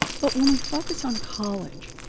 but when we focus on college,